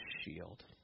shield